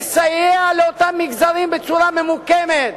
תסייע לאותם מגזרים בצורה ממוקדת,